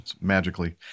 magically